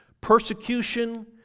Persecution